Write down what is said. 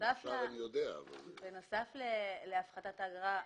בנוסף להפחתת אגרה,